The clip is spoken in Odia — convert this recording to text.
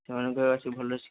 ସେମାନଙ୍କୁ କହିବ ଆସିକି ଭଲରେ